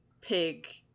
pig